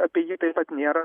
apie jį taip pat nėra